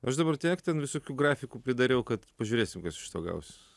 aš dabar tiek ten visokių grafikų pridariau kad pažiūrėsim kas iš to gausis